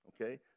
okay